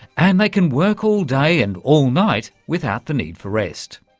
and they can work all day and all night without the need for rest.